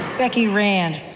becky rand,